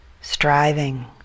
striving